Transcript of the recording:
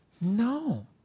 No